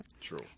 True